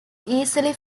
easily